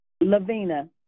Lavina